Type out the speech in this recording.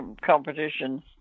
competition